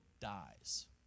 dies